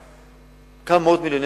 עגומה,